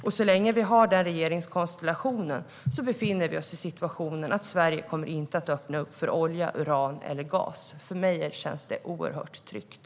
Så länge vi har denna regeringskonstellation befinner vi oss i den situationen att Sverige inte kommer att öppna upp för utvinning av olja, uran eller gas. För mig känns det oerhört tryggt.